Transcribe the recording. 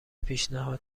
پیشنهاد